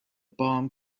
bomb